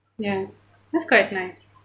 ya that's quite nice